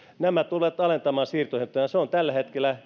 nämä tulevat alentamaan siirtohintoja jotka ovat tällä hetkellä